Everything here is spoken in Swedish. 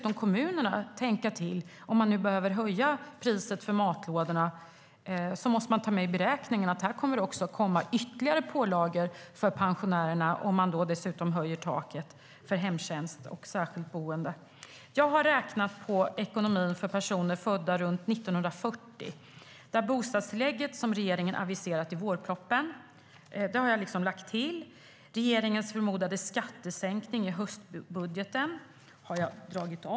Om kommunerna måste höja priset för matlådorna måste de ta med i beräkningen att det kommer att komma ytterligare pålagor för pensionärerna om taket för hemtjänst och särskilt boende höjs. Jag har räknat på ekonomin för personer födda runt 1940. Jag har lagt till bostadstillägget som regeringen har aviserat i vårpropositionen. Regeringens förmodade skattesänkning i höstbudgeten har jag dragit av.